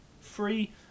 free